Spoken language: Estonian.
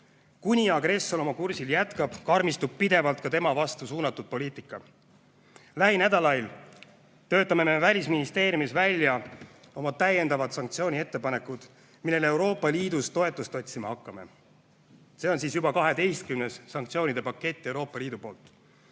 Kuni agressor oma kursil jätkab, karmistub pidevalt ka tema vastu suunatud poliitika. Lähinädalail töötame me Välisministeeriumis välja oma täiendavad sanktsiooniettepanekud, millele Euroopa Liidus toetust otsima hakkame. See on juba 12. sanktsioonide pakett Euroopa Liidu poolt.